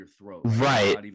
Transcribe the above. right